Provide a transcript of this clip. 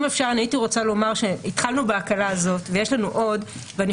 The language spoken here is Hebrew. אם אפשר אני הייתי רוצה לומר שהתחלנו בהקלה הזאת ויש לנו עוד ואני